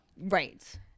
Right